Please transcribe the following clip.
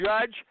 judge